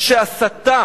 שהסתה